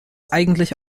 eigentlich